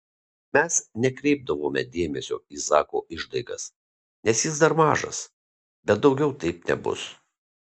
mes nekreipdavome dėmesio į zako išdaigas nes jis dar mažas bet daugiau taip nebus